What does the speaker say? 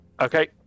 okay